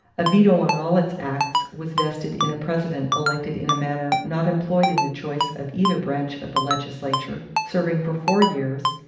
a veto on all its acts was vested in a president elected in a manner not employed in the choice of either branch of the legislature, serving for four years,